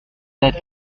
cet